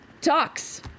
Talks